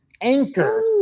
anchor